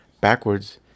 backwards